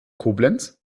koblenz